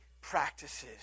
practices